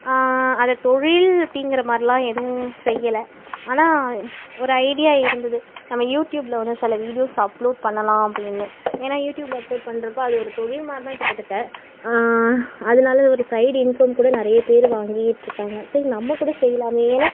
அதை தொழில் அப்படிங்கிற மாதிரிலாம் எதுவும் செய்யலை ஆனால் ஒரு ஐடியா இருந்தது நம்ம யூடியூபில் வந்து சில வீடியோஸ் அப்லோட் பண்ணலாம் அப்படின்னு ஏன்னா யூடியூபில் அப்லோடு பண்றப்போ அது ஒரு தொழில் மாதிரிதான் கிட்டத்தட்ட அதனால ஒரு சைடு இன்கம் கூட நிறைய பேர் வாங்கிட்டுருக்காங்க சரி நம்ம கூட செய்லாம் ஏன்னா